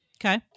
Okay